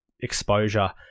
exposure